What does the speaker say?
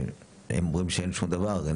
הם אומרים שאין שום דבר,